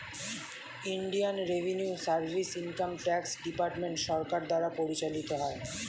Indian revenue service income tax department সরকার দ্বারা পরিচালিত হয়